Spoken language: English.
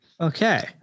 Okay